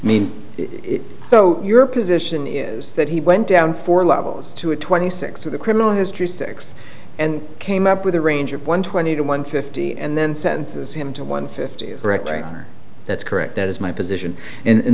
mean so your position is that he went down four levels to a twenty six with a criminal history six and came up with a range of one twenty to one fifty and then sentences him to one fifty that's correct that is my position